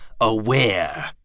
aware